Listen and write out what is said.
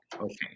okay